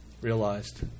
realized